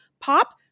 POP